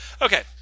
okay